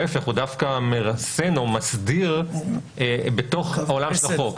ההפך הוא דווקא מרסן או מסדיר בתוך העולם של החוק.